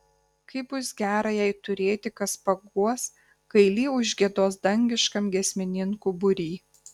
kaip bus gera jai turėti kas paguos kai li užgiedos dangiškam giesmininkų būry